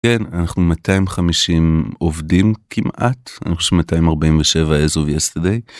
אנחנו 250 עובדים כמעט 247 אז אוף יסטרדי.